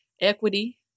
equity